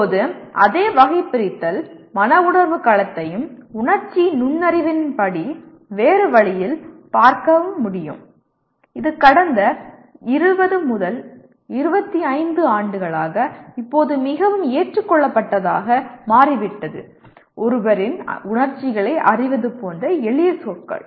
இப்போது அதே வகைபிரித்தல் மன உணர்வு களத்தையும் உணர்ச்சி நுண்ணறிவின் படி வேறு வழியில் பார்க்க முடியும் இது கடந்த 20 25 ஆண்டுகளாக இப்போது மிகவும் ஏற்றுக்கொள்ளப்பட்டதாக மாறிவிட்டது ஒருவரின் உணர்ச்சிகளை அறிவது போன்ற எளிய சொற்கள்